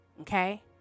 Okay